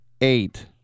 eight